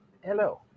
Hello